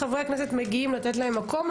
שלא אני כתבתי אותו.